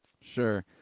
Sure